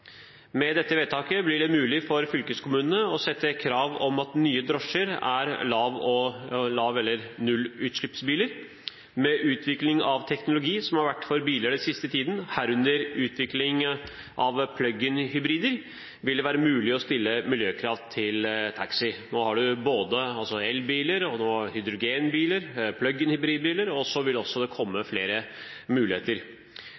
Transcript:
Med dette vedtaket blir det mulig for fylkeskommunene å sette krav om at nye drosjer er lav- eller nullutslippsbiler. Med utviklingen av teknologi som har vært for biler den siste tiden, herunder utvikling av plug-in hybrider, vil det være mulig å stille miljøkrav til taxi. Nå har vi både elbiler, hydrogenbiler, plug-in hybridbiler, og det vil også